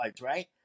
right